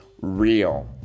real